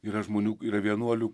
yra žmonių yra vienuolių